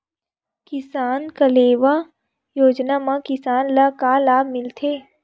किसान कलेवा योजना म किसान ल का लाभ मिलथे?